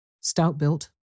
stout-built